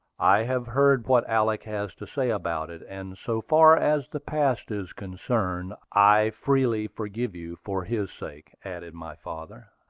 i have heard what alick has to say about it and so far as the past is concerned, i freely forgive you for his sake, added my father.